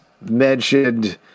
mentioned